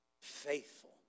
faithful